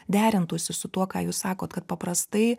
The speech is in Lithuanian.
derintųsi su tuo ką jūs sakot kad paprastai